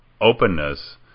openness